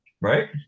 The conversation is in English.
right